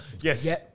Yes